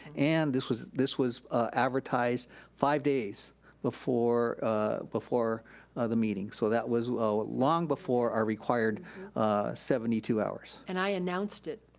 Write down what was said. and this was this was advertised five days before before the meeting, so that was ah long before our required seventy two hours. and i announced it,